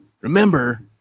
remember